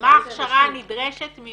מה ההכשרה הנדרשת ממטפלים?